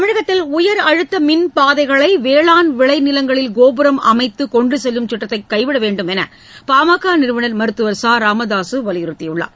தமிழகத்தில் உயரழுத்த மின்பாதைகளை வேளாண் விளை நிலங்களில் கோபுரம் அமைத்து கொண்டு செல்லும் திட்டத்தை கைவிட வேண்டும் என்று பாமக நிறுவனர் மருத்துவர் ச ராமதாசு வலியுறுத்தியுள்ளார்